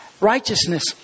Righteousness